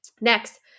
Next